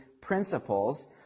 principles